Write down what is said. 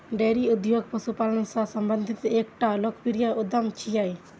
dairy उद्योग पशुपालन सं संबंधित एकटा लोकप्रिय उद्यम छियै